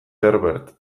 herbert